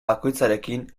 bakoitzarekin